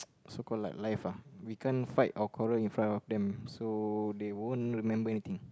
so called like life ah we can't fight or quarrel in front of them so they won't remember anything